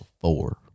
four